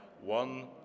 One